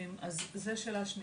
אז זו השאלה.